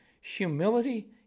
Humility